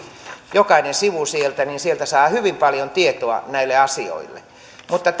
jokainen sivu sieltä sillä sieltä saa hyvin paljon tietoa näistä asioista mutta